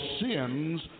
sins